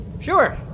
Sure